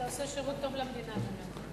אתה עושה שירות טוב למדינה באמת.